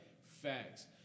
facts